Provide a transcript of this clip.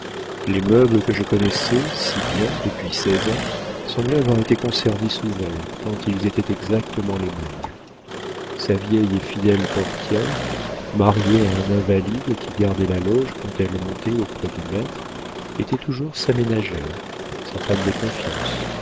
les meubles que je connaissais si bien depuis seize ans semblaient avoir été conservés sous verre tant ils étaient exactement les mêmes sa vieille et fidèle portière mariée à un invalide qui gardait la loge quand elle montait auprès du maître était toujours sa ménagère sa femme de confiance